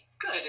good